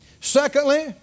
Secondly